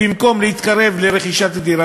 במקום להתקרב לרכישת הדירה,